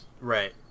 Right